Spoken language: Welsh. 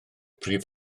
prif